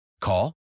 Call